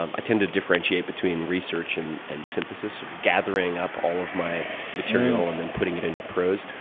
um i tend to differentiate between research and and synthesis, or gathering up all of my material, and then putting it into prose.